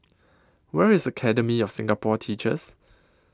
Where IS Academy of Singapore Teachers